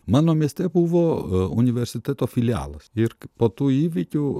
mano mieste buvo universiteto filialas ir po tų įvykių